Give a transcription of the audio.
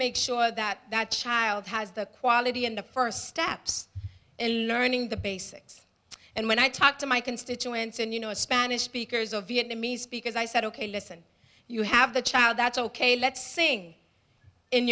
make sure that that child has the quality and the first steps in learning the basics and when i talk to my constituents and you know a spanish speakers or vietnamese because i said ok listen you have the child that's ok let's s